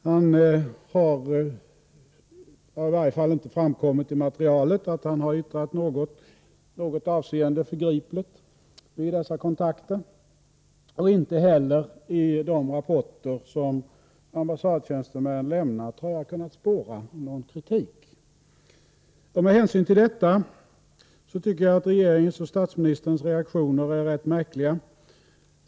Det har i varje fall inte framkommit av materialet att han fällt i något avseende förgripliga yttranden vid dessa kontakter, och inte heller i de rapporter som ambassadtjänstemän lämnat har jag kunnat spåra någon kritik. Med hänsyn till detta tycker jag att regeringens och statsministerns reaktioner är rätt märkliga.